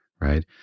right